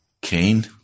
Cain